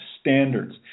standards